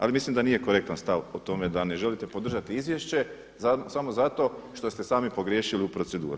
Ali mislim da nije korektan stav o tome da ne želite podržati izvješće samo zato što ste sami pogriješili u proceduri.